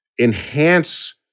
enhance